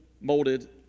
molded